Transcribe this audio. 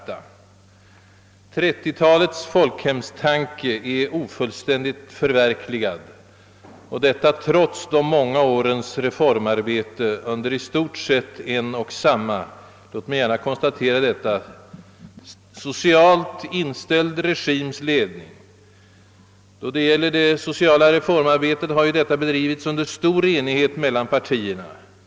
Det ena är att 1930-talets folkhemstanke är ofullständigt förverkligad, detta trots de många årens reformarbete under i stort sett en och samma socialt reformsinnade regims ledning. Jag vill gärna särskilt betona denna dess inställning. Beträffande det sociala reformarbetet har det dock bedrivits under stor enighet mellan partierna.